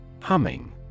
Humming